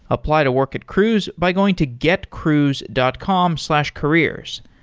apply to work at cruise by going to getcruise dot com slash careers.